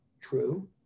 true